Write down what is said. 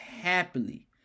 happily